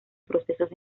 procesos